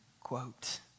quote